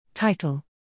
Title